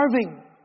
starving